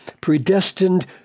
predestined